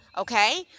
okay